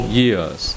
years